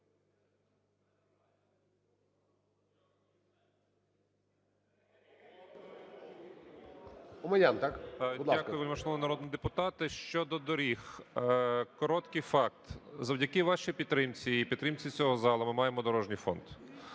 Дякую, вельмишановний народний депутат. Щодо доріг короткий факт. Завдяки вашій підтримці і підтримці цього залу ми маємо дорожній фонд.